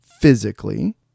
physically